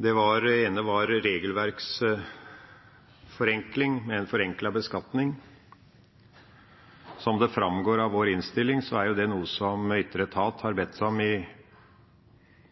Det ene gjaldt regelverksforenkling, med en forenklet beskatning. Som det framgår av vår innstilling, er det noe som ytre etat har bedt om i